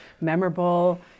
memorable